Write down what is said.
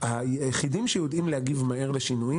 היחיד שיודע להגיב מהר לשינויים